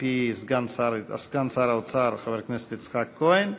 מפי סגן שר האוצר חבר הכנסת יצחק כהן,